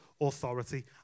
authority